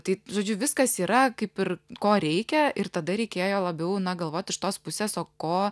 tai žodžiu viskas yra kaip ir ko reikia ir tada reikėjo labiau galvot iš tos pusės o ko